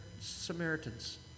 Samaritans